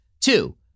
Two